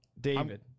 David